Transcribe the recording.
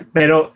pero